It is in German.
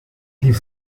die